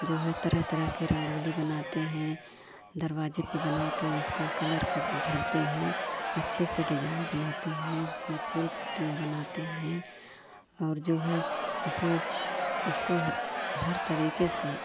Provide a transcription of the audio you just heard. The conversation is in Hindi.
जो है तरह तरह की रंगोली बनाते हैं दरवाजे पर बनाकर उसको कलर कर भरते हैं अच्छे से डिज़ाइन बनाते हैं उसमें फूल पत्तियाँ बनाते हैं और जो है उस उस को ह हर तरीके से